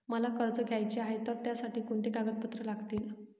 मला कर्ज घ्यायचे आहे तर त्यासाठी कोणती कागदपत्रे लागतील?